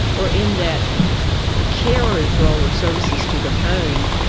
or in that carer's role or services to the home,